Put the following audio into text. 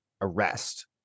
arrest